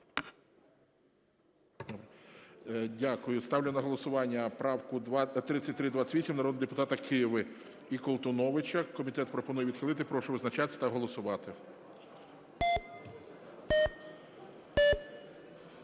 Дякую. Ставлю на голосування правку 3328 народних депутатів Киви і Колтуновича. Комітет пропонує відхилити. Прошу визначатись та голосувати.